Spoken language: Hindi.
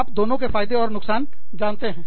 आप दोनों के फायदे और नुकसान जानते हैं